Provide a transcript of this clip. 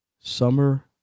summer